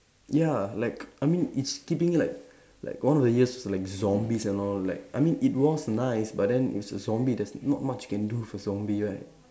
ya like I mean it's keeping it like like one of the years like zombies and all like I mean it was nice but then if it's a zombie there's not much you can do for zombie right